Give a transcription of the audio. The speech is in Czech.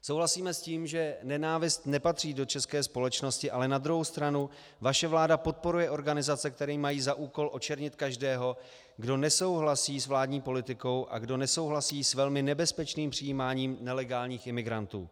Souhlasíme s tím, že nenávist nepatří do české společnosti, ale na druhou stranu vaše vláda podporuje organizace, které mají za úkol očernit každého, kdo nesouhlasí s vládní politikou a kdo nesouhlasí s velmi nebezpečným přijímáním nelegálních imigrantů.